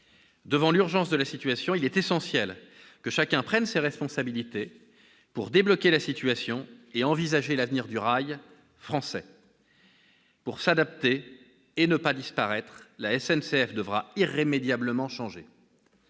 Devant l'urgence de la situation, il est essentiel que chacun prenne ses responsabilités pour débloquer la situation et envisager l'avenir du rail français. Pour s'adapter et ne pas disparaître, la SNCF devra irrémédiablement changer.